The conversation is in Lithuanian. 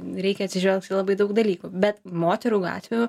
reikia atsižvelgt į labai daug dalykų bet moterų gatvių